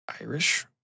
Irish